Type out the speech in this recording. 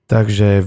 Takže